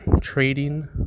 trading